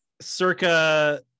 circa